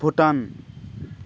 Bhutan